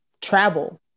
travel